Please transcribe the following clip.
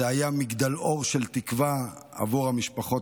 זה היה מגדלור של תקווה עבור המשפחות